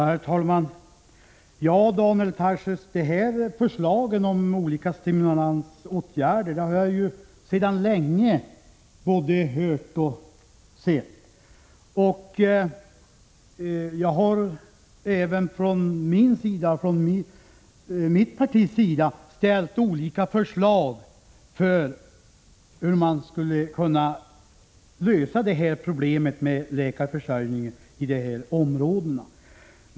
Herr talman! Ja, Daniel Tarschys, förslagen om olika stimulansåtgärder har jag sedan länge både hört om och sett. Även från mitt parti har vi ställt olika förslag om hur man skulle kunna lösa problemet med läkarförsörjningen i de aktuella områdena.